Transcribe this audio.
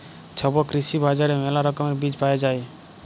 ছব কৃষি বাজারে মেলা রকমের বীজ পায়া যাই